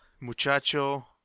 muchacho